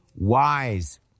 wise